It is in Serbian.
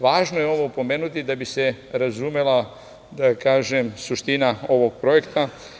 Važno je ovo napomenuti da bi se razumela suština ovog projekta.